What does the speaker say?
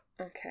Okay